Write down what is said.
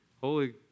Holy